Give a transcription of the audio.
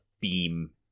beam